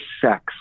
Sex